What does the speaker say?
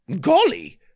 Golly